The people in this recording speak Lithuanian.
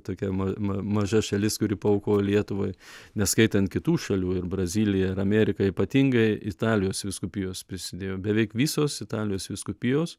tokia ma maža šalis kuri paaukojo lietuvai neskaitant kitų šalių ir brazilija ir amėrika ypatingai italijos vyskupijos prisidėjo beveik visos italijos vyskupijos